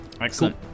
excellent